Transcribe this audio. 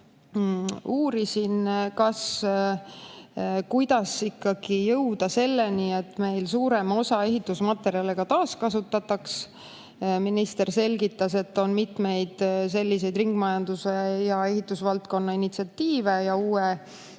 Uurisin, kuidas ikkagi jõuda selleni, et meil suuremat osa ehitusmaterjale taaskasutataks. Minister selgitas, et on mitmeid selliseid ringmajanduse ja ehitusvaldkonna initsiatiive ning